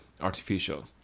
artificial